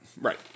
right